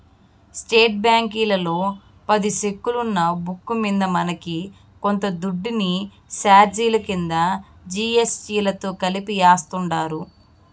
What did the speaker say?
state బ్యాంకీలో పది సెక్కులున్న బుక్కు మింద మనకి కొంత దుడ్డుని సార్జిలు కింద జీ.ఎస్.టి తో కలిపి యాస్తుండారు